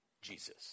Jesus